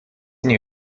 nie